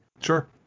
Sure